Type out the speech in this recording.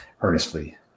earnestly